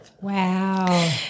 Wow